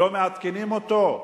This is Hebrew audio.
לא מעדכנים אותו?